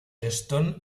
stone